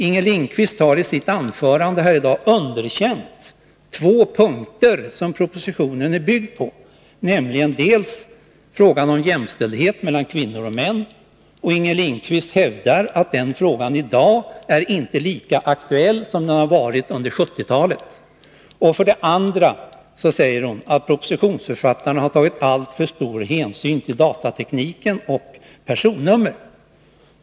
Inger Lindquist har i sitt anförande här i dag underkänt två punkter som propositionen är byggd på. För det första är det frågan om jämställdhet mellan kvinnor och män. Inger Lindquist hävdar att den frågan inte är lika aktuell i dag som den varit under 1970-talet. För det andra säger hon att propositionsförfattarna har tagit alltför stor hänsyn till datatekniken och personnummer.